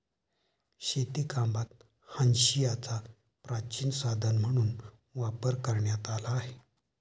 शेतीकामात हांशियाचा प्राचीन साधन म्हणून वापर करण्यात आला आहे